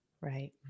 Right